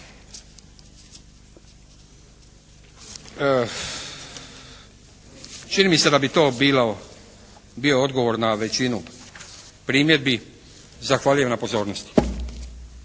Čini mi se da bi to bilo, bio odgovor na većinu primjedbi. Zahvaljujem na pozornosti.